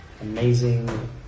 amazing